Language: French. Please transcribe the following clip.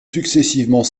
successivement